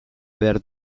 behar